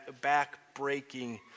back-breaking